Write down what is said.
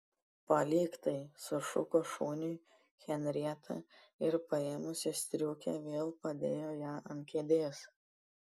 palik tai sušuko šuniui henrieta ir paėmusi striukę vėl padėjo ją ant kėdės